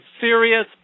serious